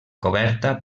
coberta